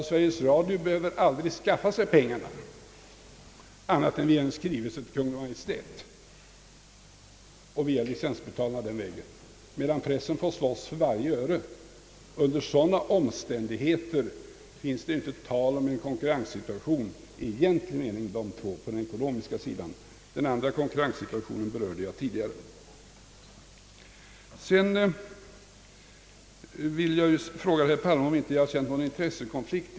Sveriges Radio behöver alltså aldrig skaffa fram pengarna på annat rundradions fortsatta verksamhet, m.m. sätt än via en skrivelse till Kungl. Maj:t, medan pressen får slåss för varje öre. Under sådana omständigheter är det inte tal om en konkurrenssituation mellan de två på den ekonomiska sidan. Den andra konkurrenssituationen berörde jag tidigare. Herr Palme frågade om jag inte ibland känt någon intressekonflikt.